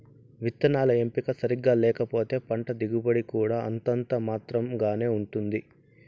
విత్తనాల ఎంపిక సరిగ్గా లేకపోతే పంట దిగుబడి కూడా అంతంత మాత్రం గానే ఉంటుంది